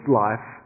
life